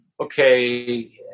okay